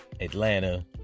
Atlanta